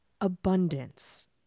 Abundance